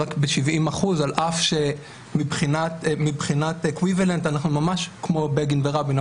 רק ב-70% על אף שמבחינת אקוויוולנט אנחנו ממש כמו בגין ורבין,